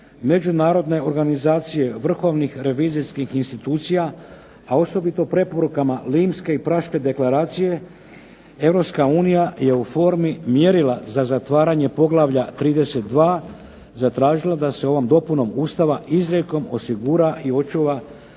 Međunarodne organizacije vrhovnih revizijskih institucija, a osobito preporukama Limske i Praške deklaracije, Europska unije je u formi mjerila za zatvaranje poglavlja 32. zatražila da se ovom dopunom Ustava izrijekom osigura i očuva